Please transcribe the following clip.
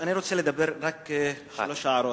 כבוד השר, אני רוצה לומר רק שלוש הערות.